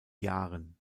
jahren